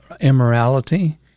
immorality